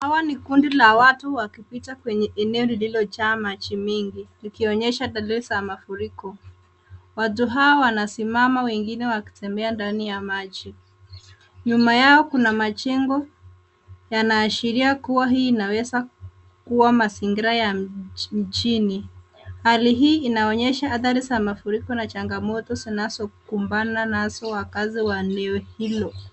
Hawa ni kundi la watu wakipita kwenye eneo lililo jaa maji mingi ikionyesha dalili za mafuriko. Watu hawa wanasimama wengine wakitembea ndani ya maji. Nyuma yao kuna majengo yana ashiria kuwa hii inaeza kuwa mazingira ya mjini. Hali hii inaonyesha athari za mafuriko na changamoto zinazokumbana nazo wakazi wa eneo hilo.